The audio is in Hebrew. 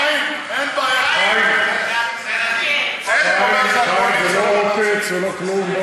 חיים, חיים, זה לא עוקץ ולא כלום.